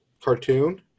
cartoon